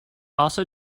also